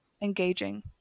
engaging